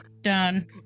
Done